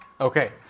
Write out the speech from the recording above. Okay